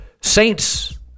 Saints